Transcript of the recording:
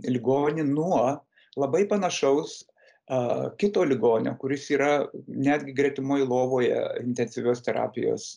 ligonį nuo labai panašaus a kito ligonio kuris yra netgi gretimoje lovoje intensyvios terapijos